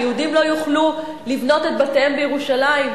שיהודים לא יוכלו לבנות את בתיהם בירושלים,